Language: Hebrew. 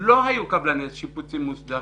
לא היו קבלני שיפוצים מוסדרים,